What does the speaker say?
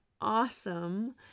awesome